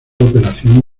operación